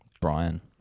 Brian